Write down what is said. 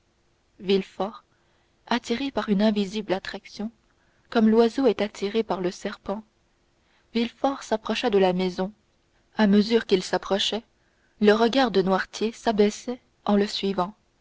villefort attiré par une invisible attraction comme l'oiseau est attiré par le serpent villefort s'approcha de la maison à mesure qu'il s'approchait le regard de noirtier s'abaissait en le suivant